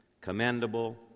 commendable